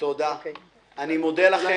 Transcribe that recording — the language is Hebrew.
אני מודה לכם.